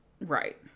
Right